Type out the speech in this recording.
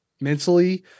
mentally